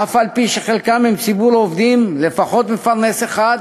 אף-על-פי שחלקם הם ציבור עובדים, לפחות מפרנס אחד,